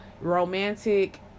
romantic